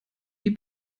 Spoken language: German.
die